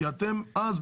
כי אתם אז,